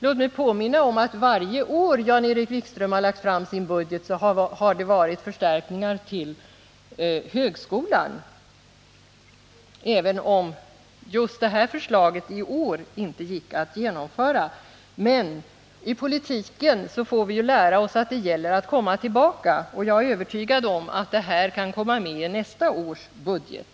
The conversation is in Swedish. Låt mig då påminna om att under varje år som Jan-Erik Wikström har lagt fram sitt budgetförslag har det innehållit förstärkningar till högskolan, även om just det här förslaget inte gick att genomföra i år. Men i politiken får vi ju lära oss att det gäller att komma tillbaka, och jag är övertygad om att det här förslaget kan komma med i nästa års budget.